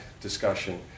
discussion